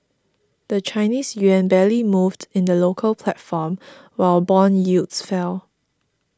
the Chinese yuan barely moved in the local platform while bond yields fell